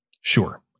Sure